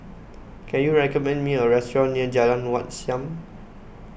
can you recommend me a restaurant near Jalan Wat Siam